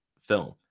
film